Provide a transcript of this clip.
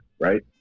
right